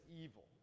evil